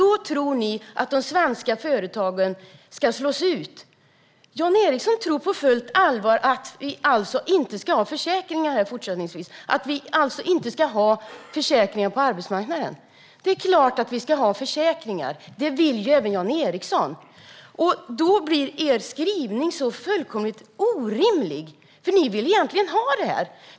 Ni tror att de svenska företagen ska slås ut. Jan Ericson tror alltså på fullt allvar att vi fortsättningsvis inte ska ha försäkringar på arbetsmarknaden. Det är klart att vi ska ha försäkringar; det vill ju även Jan Ericson. Då blir er skrivning fullkomligt orimlig, för ni vill egentligen ha det här.